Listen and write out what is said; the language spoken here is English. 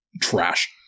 trash